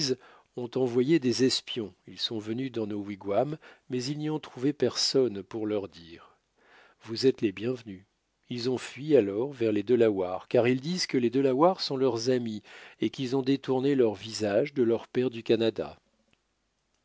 ont envoyé des espions ils sont venus dans nos wigwams mais ils n'y ont trouvé personne pour leur dire vous êtes les bienvenus ils ont fui alors vers les delawares car ils disent que les delawares sont leurs amis et qu'ils ont détourné leur visage de leur père du canada